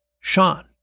Sean